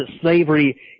slavery